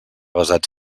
basats